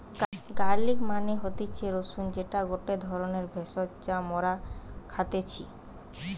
garlic মানে হতিছে রসুন যেটা গটে ধরণের ভেষজ যা মরা খাইতেছি